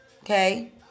okay